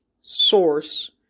source